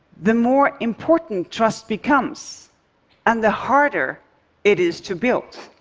the more important trust becomes and the harder it is to build.